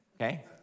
okay